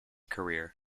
career